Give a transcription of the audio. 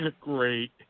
Great